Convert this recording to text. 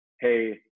hey